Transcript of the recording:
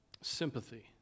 sympathy